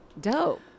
dope